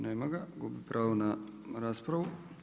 Nema ga, gubi pravo na raspravu.